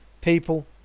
people